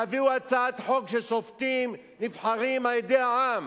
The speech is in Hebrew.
תביאו הצעת חוק ששופטים נבחרים על-ידי העם,